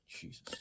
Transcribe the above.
Jesus